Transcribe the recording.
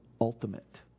ultimate